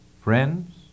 Friends